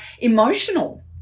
emotional